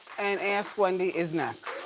and ask wendy is next.